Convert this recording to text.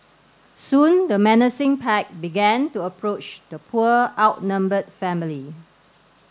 soon the menacing pack began to approach the poor outnumbered family